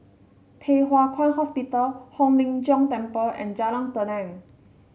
Thye Hua Kwan Hospital Hong Lim Jiong Temple and Jalan Tenang